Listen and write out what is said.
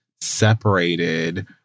separated